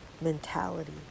mentality